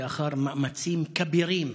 לאחר מאמצים כבירים.